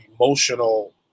emotional